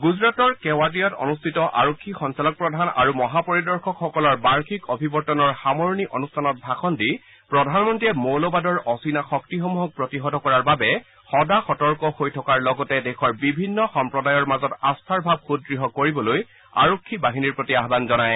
গুজৰাটৰ কেৱাড়িয়াত অনুষ্ঠিত আৰক্ষী সঞ্চালক প্ৰধান আৰু মহাপৰিদৰ্শকসকলৰ বাৰ্যিক অভিৱৰ্তনৰ সামৰণি অনুষ্ঠানত ভাষণ দি প্ৰধানমন্ত্ৰীয়ে মৌলবাদৰ অচিনা শক্তিসমূহক প্ৰতিহত কৰাৰ বাবে সদা সতৰ্ক হৈ থকাৰ লগতে দেশৰ বিভিন্ন সম্প্ৰদায়ৰ মাজত আস্থাৰ ভাৱ সুদ্ঢ় কৰিবলৈ আৰক্ষী বাহিনীৰ প্ৰতি আহান জনায়